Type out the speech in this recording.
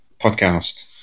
podcast